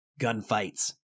gunfights